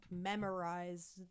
memorize